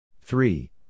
Three